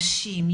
נשים,